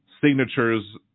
signatures